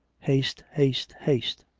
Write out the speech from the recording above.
haste. haste. haste.